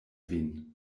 vin